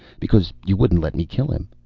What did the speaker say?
because you wouldn't let me kill him.